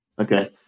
Okay